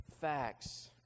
facts